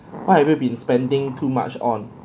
what have you been spending too much on